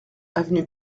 avenue